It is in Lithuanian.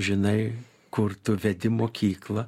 žinai kur tu vedi mokyklą